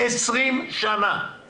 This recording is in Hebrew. זה היה